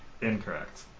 Incorrect